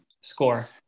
score